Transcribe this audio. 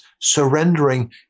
surrendering